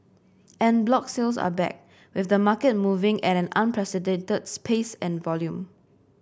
en bloc sales are back with the market moving at an unprecedented pace and volume